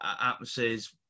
atmospheres